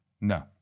No